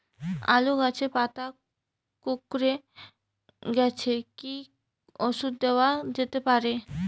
আলু গাছের পাতা কুকরে গেছে কি ঔষধ দেওয়া যেতে পারে?